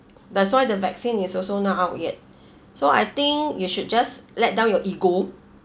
that's why the vaccine is also not out yet so I think you should just let down your ego